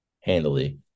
handily